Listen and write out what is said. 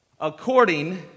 according